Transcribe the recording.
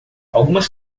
algumas